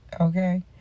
okay